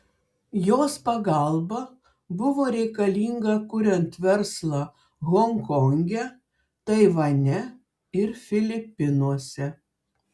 jos pagalba buvo reikalinga kuriant verslą honkonge taivane ir filipinuose